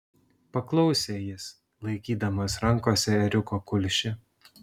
paklausė jis laikydamas rankose ėriuko kulšį